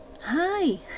Hi